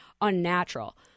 unnatural